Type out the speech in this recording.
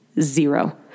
Zero